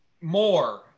more